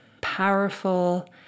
powerful